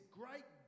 great